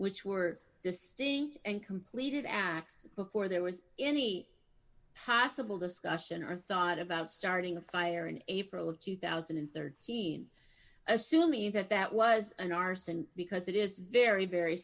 which were distinct and completed acts before there was any possible discussion or thought about starting a fire in april of two thousand and thirteen assuming that that was an arson because it is very very